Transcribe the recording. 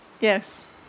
Yes